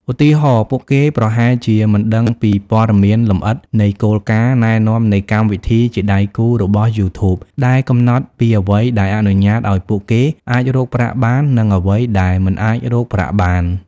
ឧទាហរណ៍ ពួកគេប្រហែលជាមិនដឹងពីពណ៌មានលម្អិតនៃ គោលការណ៍ណែនាំនៃកម្មវិធីជាដៃគូរបស់យូធូប ដែលកំណត់ពីអ្វីដែលអនុញ្ញាតឲ្យពួកគេអាចរកប្រាក់បាន និងអ្វីដែលមិនអាចរកប្រាក់បាន។